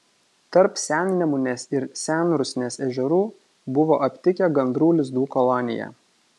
tarp sennemunės ir senrusnės ežerų buvo aptikę gandrų lizdų koloniją